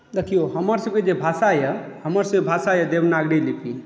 देखियौ हमरसभके जे भाषा यए हमरसभके भाषा यए देवनागरी लिपि